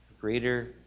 greater